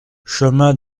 chemin